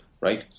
right